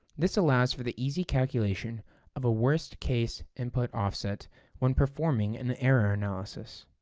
this allows for the easy calculation of a worst-case input-offset when performing an error analysis.